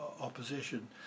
opposition